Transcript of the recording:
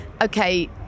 Okay